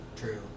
True